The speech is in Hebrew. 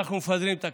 אנחנו מפזרים את הכנסת,